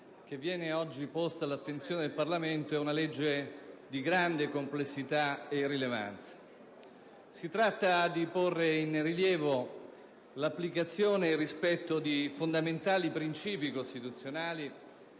che viene oggi posta all'attenzione del Parlamento è di grande complessità e rilevanza. Si tratta di porre in rilievo l'applicazione e il rispetto di fondamentali princìpi costituzionali,